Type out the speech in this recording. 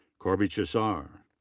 corby chiszar.